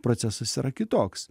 procesas yra kitoks